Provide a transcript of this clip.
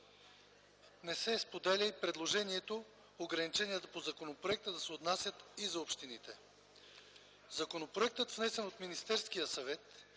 Не се споделя и предложението ограниченията по законопроекта да се отнасят и за общините. Законопроектът, внесен от Министерския съвет,